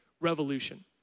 revolution